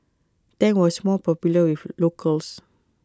Tang was more popular with locals